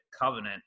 covenant